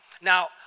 Now